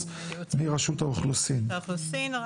מרשות האוכלוסין.